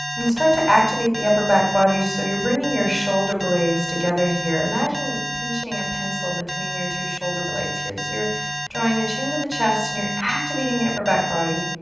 and start to activate the upper back body. so, you're bringing your shoulder blades together here. imagine pinching a pencil between your two shoulder blades here. so, you're drawing the chin to the chest, and you're activating the upper back body.